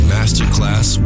Masterclass